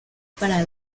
para